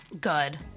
Good